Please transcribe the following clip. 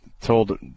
told